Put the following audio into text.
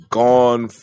gone